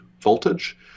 voltage